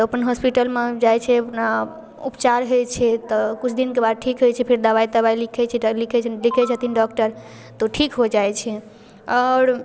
अपन हॉस्पिटलमे जाइ छै अपना उपचार होइ छै तऽ किछु दिनके बाद ठीक होइ छै फेर दबाइ तबाइ लिखै छै लिखै छै लिखै छथिन डॉक्टर तऽ ओ ठीक हो जाइ छै आओर